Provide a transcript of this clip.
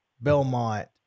Belmont